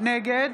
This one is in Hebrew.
נגד